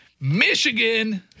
Michigan